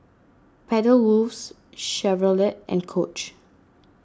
Pedal Works Chevrolet and Coach